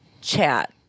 chat